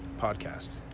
podcast